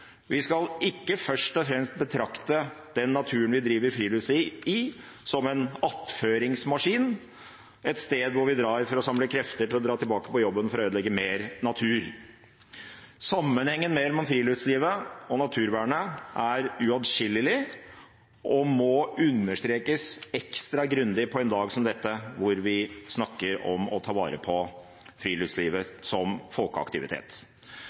Vi skal ikke først og fremst betrakte den naturen vi driver friluftsliv i, som en attføringsmaskin, et sted hvor vi drar for å samle krefter til å dra tilbake på jobben for å ødelegge mer natur. Sammenhengen mellom friluftslivet og naturvernet er uatskillelig og må understrekes ekstra grundig på en dag som dette, hvor vi snakker om å ta vare på friluftslivet som folkeaktivitet.